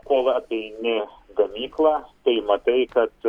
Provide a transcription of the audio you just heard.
kol apeini gamyklą tai matai kad